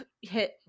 hit